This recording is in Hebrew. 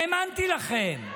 האמנתי לכם.